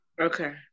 Okay